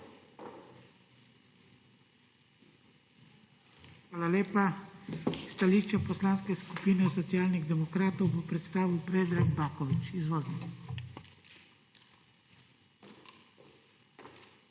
Hvala lepa. Stališče Poslanske skupine Socialnih demokratov bo predstavil Predrag Baković. Izvolite.